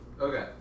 Okay